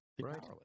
Right